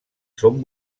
són